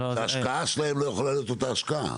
ההשקעה שלהן לא יכולה להיות אותה השקעה.